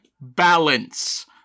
balance